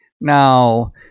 Now